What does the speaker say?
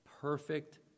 perfect